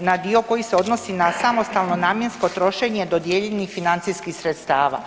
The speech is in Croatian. na dio koji se odnosi na samostalno namjensko trošenje dodijeljenih financijskih sredstava.